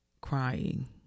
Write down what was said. crying